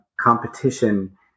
competition